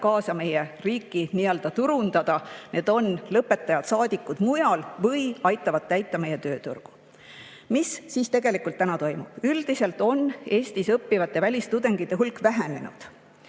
aitab meie riiki nii-öelda turundada, need lõpetajad on meie saadikud mujal või aitavad täita meie tööturgu. Mis tegelikult täna toimub? Üldiselt on Eestis õppivate välistudengite hulk vähenenud.